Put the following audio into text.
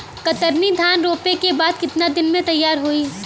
कतरनी धान रोपे के बाद कितना दिन में तैयार होई?